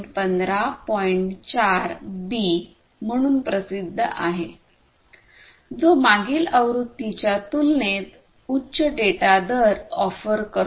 4 B म्हणून प्रसिद्ध आहे जो मागील आवृत्तीच्या तुलनेत उच्च डेटा दर ऑफर करतो